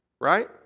right